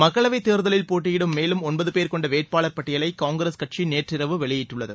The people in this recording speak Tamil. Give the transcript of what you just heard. மக்களவைத் தேர்தலில் போட்டியிடும் மேலும் ஒன்பது பேர் கொண்ட வேட்பாளர் பட்டியலை காங்கிரஸ் கட்சி நேற்றிரவு வெளியிட்டுள்ளது